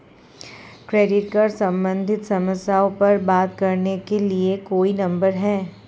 Credit card सम्बंधित समस्याओं पर बात करने के लिए कोई नंबर है?